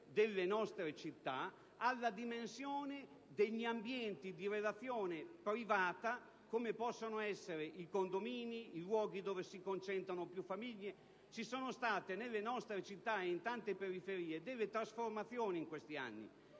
delle nostre città alla dimensione degli ambienti di relazione privata, come possono essere i condomini, i luoghi dove si concentrano più famiglie. Ci sono state in questi anni nelle nostre città, in tante periferie, delle trasformazioni; persone